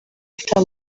afite